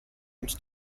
und